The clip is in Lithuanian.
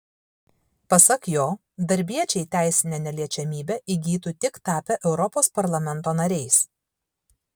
pasak jo darbiečiai teisinę neliečiamybę įgytų tik tapę europos parlamento nariais